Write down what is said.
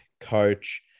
Coach